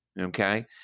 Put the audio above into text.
Okay